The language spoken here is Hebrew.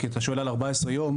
כי אתה שואל על 14 יום.